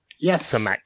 Yes